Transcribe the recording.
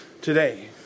today